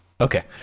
Okay